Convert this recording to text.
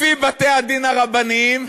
לפי בתי-הדין הרבניים,